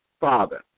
Father